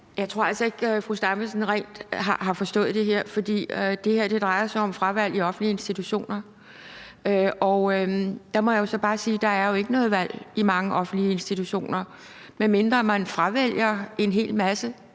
Jeg tror altså ikke, at fru Zenia Stampe sådan rigtig har forstået det her. For det her drejer sig om fravalg i offentlige institutioner, og jeg må bare sige, at der jo ikke er noget valg i mange offentlige institutioner, medmindre man fravælger en hel masse